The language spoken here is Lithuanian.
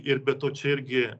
ir be to čia irgi